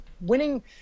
winning